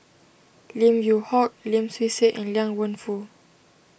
Lim Yew Hock Lim Swee Say and Liang Wenfu